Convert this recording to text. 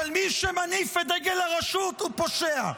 אבל מי שמניף את דגל הרשות הוא פושע.